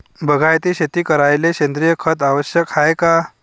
बागायती शेती करायले सेंद्रिय खत आवश्यक हाये का?